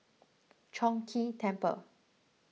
Chong Ghee Temple